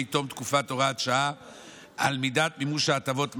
תום תקופת הוראת השעה על מידת מימוש הטבות המס,